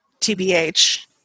TBH